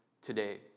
today